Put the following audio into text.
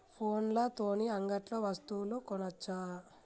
ఫోన్ల తోని అంగట్లో వస్తువులు కొనచ్చా?